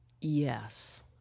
Yes